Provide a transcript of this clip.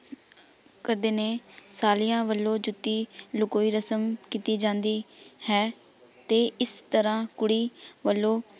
ਕਰਦੇ ਨੇ ਸਾਲੀਆਂ ਵੱਲੋ ਜੁੱਤੀ ਲਕੋਈ ਰਸਮ ਕੀਤੀ ਜਾਂਦੀ ਹੈ ਅਤੇ ਇਸ ਤਰ੍ਹਾਂ ਕੁੜੀ ਵੱਲੋਂ